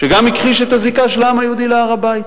שגם הכחיש את הזיקה של העם היהודי להר-הבית.